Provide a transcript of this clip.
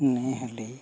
ᱱᱮ ᱦᱟᱹᱞᱤ